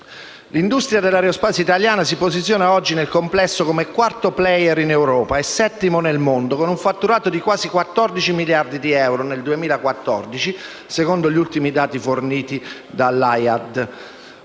L'industria dell'aerospazio italiana si posiziona oggi nel complesso come quarto *player* in Europa e settimo nel mondo, con un fatturato di quasi 14 miliardi di euro nel 2014, secondo gli ultimi dati forniti dalla